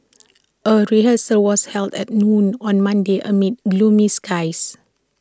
A rehearsal was held at noon on Monday amid gloomy skies